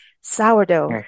sourdough